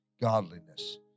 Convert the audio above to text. godliness